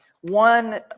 One